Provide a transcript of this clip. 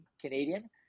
Canadian